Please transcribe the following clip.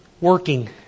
working